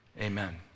Amen